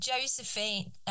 Josephine